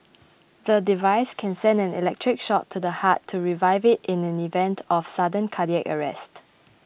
the device can send an electric shock to the heart to revive it in the event of sudden cardiac arrest